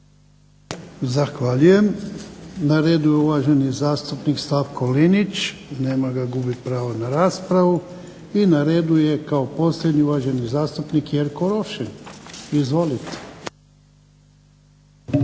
Zahvaljujem. Na redu je uvaženi zastupnik Slavko LInić. Nema ga, gubi pravo na raspravu. I na redu je kao posljednji uvaženi zastupnik Jerko Rošin. Izvolite.